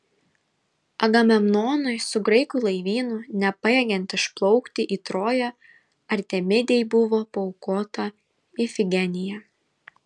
agamemnonui su graikų laivynu nepajėgiant išplaukti į troją artemidei buvo paaukota ifigenija